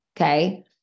Okay